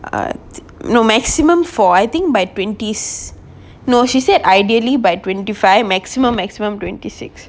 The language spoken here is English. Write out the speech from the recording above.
but no maximum four I think by twenties no she said ideally by twenty five maximum maximum twenty six